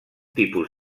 tipus